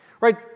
Right